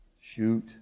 shoot